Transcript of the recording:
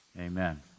Amen